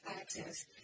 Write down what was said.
access